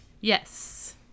Yes